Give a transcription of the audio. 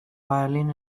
violin